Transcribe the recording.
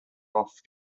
off